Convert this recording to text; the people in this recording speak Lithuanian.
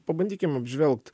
pabandykim apžvelgt